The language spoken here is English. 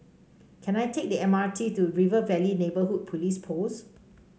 can I take the M R T to River Valley Neighbourhood Police Post